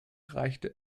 reichte